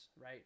right